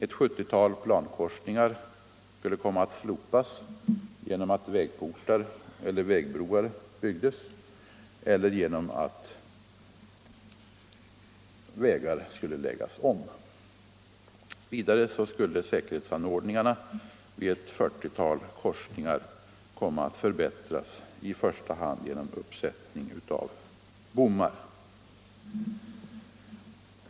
Ett 70-tal plankorsningar skulle komma att slopas genom att vägportar eller vägbroar byggdes eller genom att vägar lades om. Vidare skulle säkerhetsanordningarna vid ett 40-tal korsningar komma att förbättras, i första hand genom uppsättning av bommar.